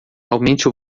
aumente